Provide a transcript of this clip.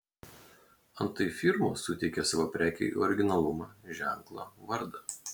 antai firmos suteikia savo prekei originalumą ženklą vardą